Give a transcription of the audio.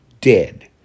dead